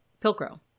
pilcrow